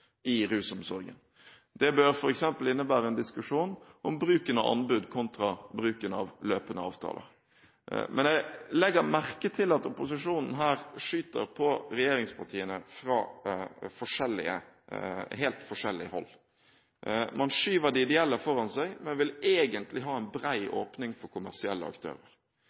Det bør f.eks. innebære en diskusjon om bruken av anbud kontra bruken av løpende avtaler. Men jeg legger merke til at opposisjonen her skyter på regjeringspartiene fra helt forskjellig hold. Man skyver de ideelle foran seg, men vil egentlig ha en bred åpning for kommersielle aktører.